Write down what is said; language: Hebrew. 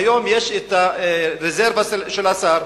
היום, יש הרזרבה של השר.